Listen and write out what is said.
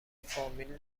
فامیل